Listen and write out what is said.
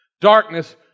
Darkness